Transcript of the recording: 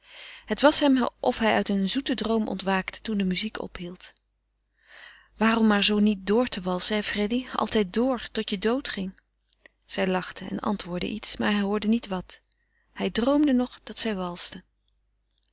het was hem of hij uit een zoeten droom ontwaakte toen de muziek ophield waarom maar zoo niet door te walsen hè freddy altijd door tot je dood ging zij lachte en antwoordde iets maar hij hoorde niet wat hij droomde nog dat zij walsten